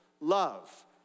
love